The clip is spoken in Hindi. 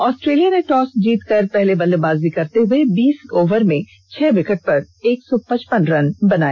ऑस्ट्रेलिया ने टॉस जीतकर पहले बल्लेबाजी करते हुए बीस ओवर में छः विकेट पर एक सौ पचपन रन बनाए